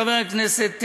חבר הכנסת,